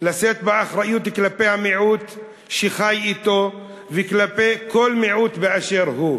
לשאת באחריות כלפי המיעוט שחי אתו וכלפי כל מיעוט באשר הוא.